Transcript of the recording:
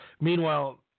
Meanwhile